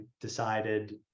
decided